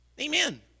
Amen